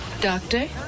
Doctor